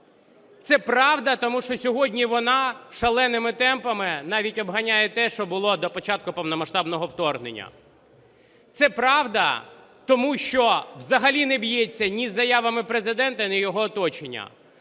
Це правда, тому що сьогодні вона шаленими темпами навіть обганяє те, що було до початку повномасштабного вторгнення. Це правда, тому що взагалі не б'ється ні з заявами Президента, ні його оточення.